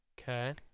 okay